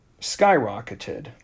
skyrocketed